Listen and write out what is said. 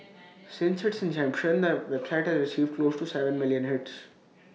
since its inception the website has received close to Seven million hits